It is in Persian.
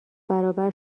برابر